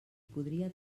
podia